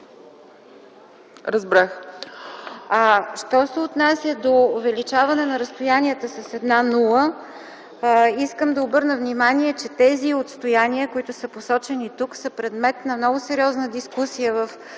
чл. 79. Що се отнася до увеличаване на разстоянията с една нула, искам да обърна внимание, че тези отстояния, които са посочени тук, са предмет на много сериозна дискусия по